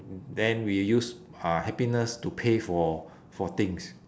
then we use uh happiness to pay for for things